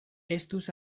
estus